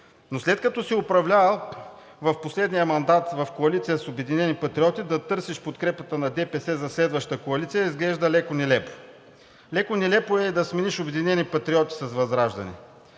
Но след като си управлявал в последния мандат в коалиция с „Обединени патриоти“, да търсиш подкрепата на ДПС за следваща коалиция, изглежда леко нелепо. Леко нелепо е да смениш „Обединени патриоти“ с ВЪЗРАЖДАНЕ.